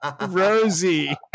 Rosie